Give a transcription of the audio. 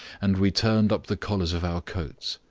and we turned up the collars of our coats.